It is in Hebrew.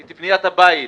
את היכולת לבנות בית,